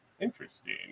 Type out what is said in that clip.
interesting